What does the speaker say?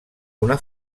una